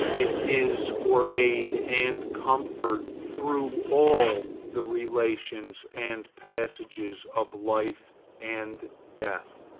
it is for aid and comfort through all the relations and passages of life and death.